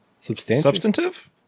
Substantive